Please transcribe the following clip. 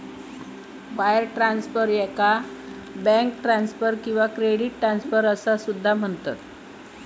wire transfer, याका bank transfer किंवा credit transfer असा सुद्धा म्हणतत